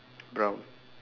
brown